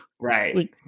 right